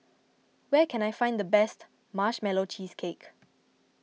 where can I find the best Marshmallow Cheesecake